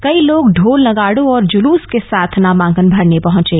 कई लोग ् ढोल नगाडों और जलस के साथ नामांकन भरने पहुंचे